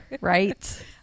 right